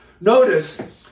Notice